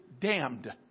damned